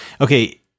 okay